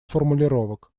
формулировок